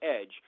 EDGE